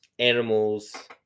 animals